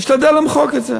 משתדל למחוק את זה.